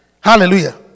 Hallelujah